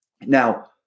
Now